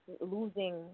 losing